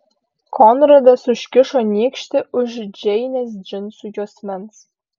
konradas užkišo nykštį už džeinės džinsų juosmens